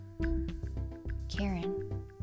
Karen